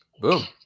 Boom